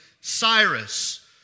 Cyrus